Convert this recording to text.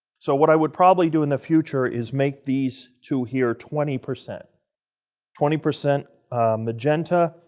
so, what i would probably do in the future is make these two here twenty percent twenty percent magenta,